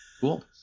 Cool